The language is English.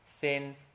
thin